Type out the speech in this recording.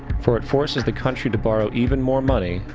for it forces the country to borrow even more money,